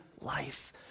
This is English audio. life